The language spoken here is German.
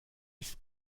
ist